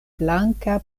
blanka